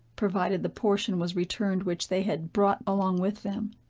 provided the portion was returned which they had brought along with them.